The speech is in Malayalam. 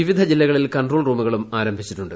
വിവിധ ജില്ലകളിൽ കൺട്രോൾ റൂമുകളും ആരംഭിച്ചിട്ടുണ്ട്